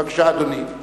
בבקשה, אדוני.